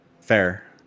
Fair